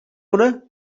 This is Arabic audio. هنا